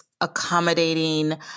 accommodating